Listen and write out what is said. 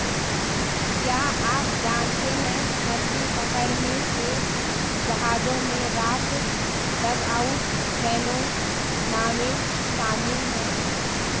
क्या आप जानते है मछली पकड़ने के जहाजों में राफ्ट, डगआउट कैनो, नावें शामिल है?